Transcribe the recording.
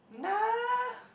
nah